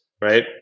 right